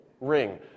ring